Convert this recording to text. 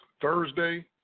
Thursday